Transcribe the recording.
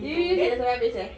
you you use it sampai habis eh